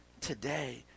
today